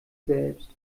selbst